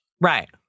Right